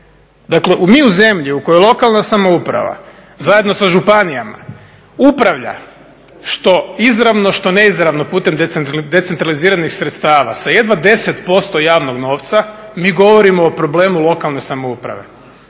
Dakle, mi u zemlji u kojoj lokalna samouprava zajedno sa županijama upravlja što izravno, što neizravno putem decentraliziranih sredstava, sa jedva 10% javnog novca, mi govorimo o problemu lokalne samouprave.